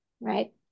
right